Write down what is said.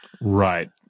Right